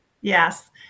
Yes